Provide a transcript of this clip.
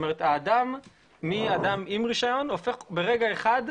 אדם עם רישיון הופך ברגע אחד,